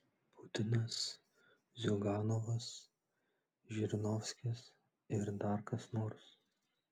putinas ziuganovas žirinovskis ir dar kas nors